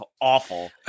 awful